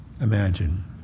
Imagine